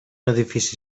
edifici